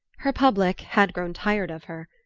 her public had grown tired of her.